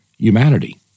humanity